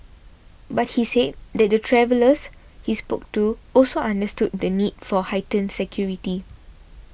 but he said that the travellers he spoke to also understood the need for heightened security